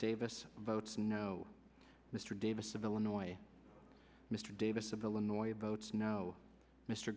davis votes no mr davis of illinois mr davis of illinois votes no mr